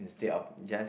instead of just